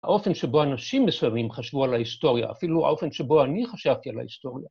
‫האופן שבו אנשים מסוימים ‫חשבו על ההיסטוריה, ‫אפילו האופן שבו אני חשבתי על ההיסטוריה.